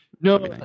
No